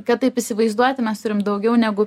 kad taip įsivaizduoti mes turim daugiau negu